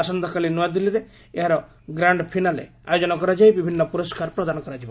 ଆସନ୍ତାକାଲି ନୂଆଦିଲ୍ଲୀରେ ଏହାର ଗ୍ରାଣ୍ଡ ଫିନାଲେ ଆୟୋଜନ କରାଯାଇ ବିଭିନ୍ନ ପୁରସ୍କାର ପ୍ରଦାନ କରାଯିବ